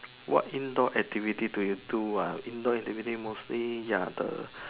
what indoor activity do you do ah indoor activity mostly ya the